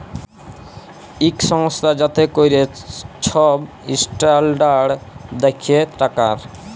ইক সংস্থা যাতে ক্যরে ছব ইসট্যালডাড় দ্যাখে টাকার